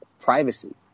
privacy